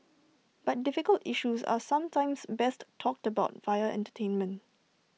but difficult issues are sometimes best talked about via entertainment